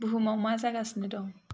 बुहुमाव मा जागासिनो दं